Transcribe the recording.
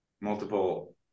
multiple